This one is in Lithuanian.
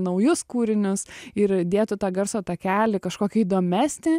naujus kūrinius ir dėtų tą garso takelį kažkokį įdomesnį